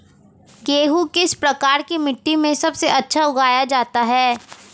गेहूँ किस प्रकार की मिट्टी में सबसे अच्छा उगाया जाता है?